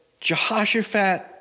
Jehoshaphat